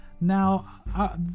now